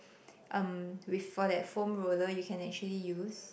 um with for that foam roller you can actually use